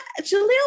Jaleel